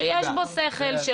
שיש בו שכל,